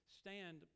stand